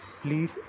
Please